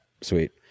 sweet